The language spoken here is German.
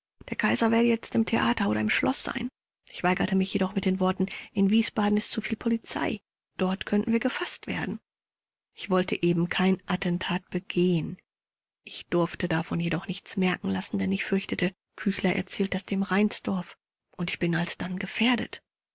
der kaiser werde jetzt im theater oder im schloß sein ich weigerte mich jedoch mit den worten in wiesbaden ist zuviel polizei dort könnten wir gefaßt werden ich wollte eben kein attentat begehen ich durfte davon jedoch nichts merken lassen denn ich befürchtete küchler erzählt das dem reinsdorf und ich bin alsdann gefährdet